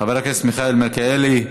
חבר הכנסת מיכאל מלכיאלי,